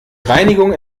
reinigung